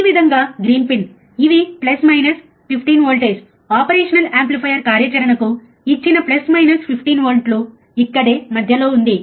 ఈ విధంగా green pin ఇవి plus minus 15 voltage operation amplifier కార్యాచరణకు ఇచ్చిన ప్లస్ మైనస్ 15 వోల్ట్లు ఇక్కడే మధ్యలో ఉంది